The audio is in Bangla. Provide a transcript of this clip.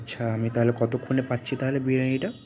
আচ্ছা আমি তাহলে কতক্ষণে পাচ্ছি তাহলে বিরিয়ানিটা